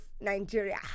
Nigeria